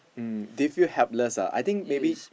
um they feel helpless ah I think maybe